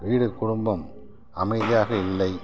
வீடு குடும்பம் அமைதியாக இல்லை